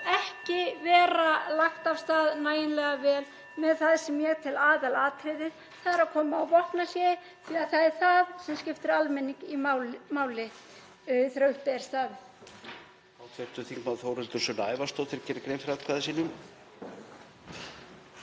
ekki vera lagt af stað nægilega vel með það sem ég tel vera aðalatriðið. Það er að koma á vopnahléi, því að það er það sem skiptir almenning máli þegar upp er staðið.